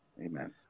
Amen